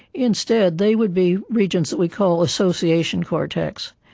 instead they would be regions that we call association cortex,